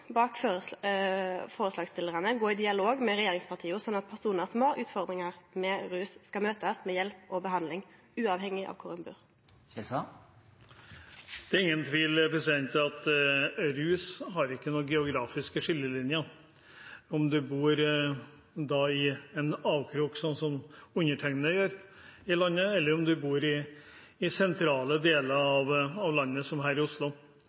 bak forslagsstillarane gå i dialog med regjeringspartia, sånn at personar som har utfordringar med rus, skal møtast med hjelp og behandling uavhengig av kvar ein bur? Det er ingen tvil om at når det gjelder rus, er det ikke noen geografiske skillelinjer – om man bor i en avkrok av landet, slik undertegnede gjør, eller om man bor i sentrale deler av landet, som her i Oslo.